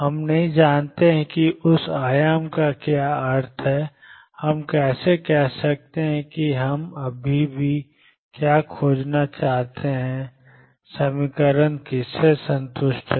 हम नहीं जानते कि उस आयाम का क्या अर्थ है हम कैसे कह सकते हैं कि हम अभी भी क्या खोजना चाहते हैं कि समीकरण किससे संतुष्ट है